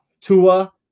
Tua